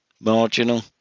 Marginal